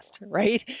right